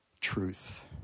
truth